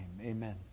Amen